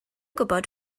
gwybod